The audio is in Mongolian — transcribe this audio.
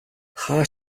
хаа